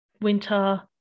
winter